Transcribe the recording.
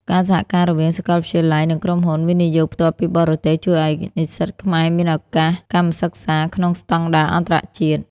ការសហការរវាងសាកលវិទ្យាល័យ និងក្រុមហ៊ុន វិនិយោគផ្ទាល់ពីបរទេស ជួយឱ្យនិស្សិតខ្មែរមានឱកាសកម្មសិក្សាក្នុងស្ដង់ដារអន្តរជាតិ។